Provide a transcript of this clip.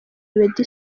meddy